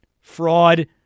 Fraud